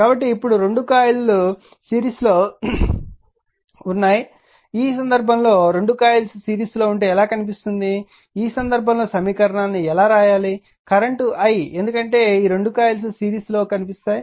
కాబట్టి ఇప్పుడు 2 కాయిల్స్ సిరీస్లో ఉన్నాయి ఈ సందర్భంలో 2 కాయిల్స్ సిరీస్లో ఉంటే ఎలా కనిపిస్తుంది ఈ సందర్భంలో సమీకరణాన్ని ఎలా రాయాలి కరెంట్ I ఎందుకంటే ఈ 2 కాయిల్స్ సిరీస్ లో కనిపిస్తాయి